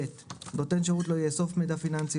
(ב) נותן שירות לא יאסוף מידע פיננסי,